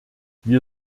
wir